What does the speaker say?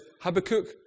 Habakkuk